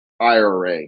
IRA